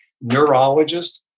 neurologist